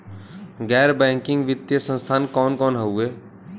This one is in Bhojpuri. गैर बैकिंग वित्तीय संस्थान कौन कौन हउवे?